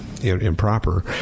improper